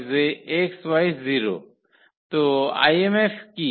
তো ImF কী